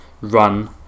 run